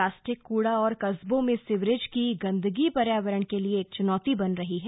plastic कूड़ा और कस्बों में सीवरेज की गंदगी पर्यावरण के लिए एक चुनौती बन रही है